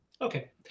Okay